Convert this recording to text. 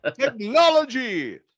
Technology